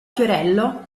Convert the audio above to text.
fiorello